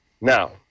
Now